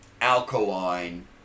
alkaline